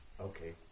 Okay